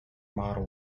model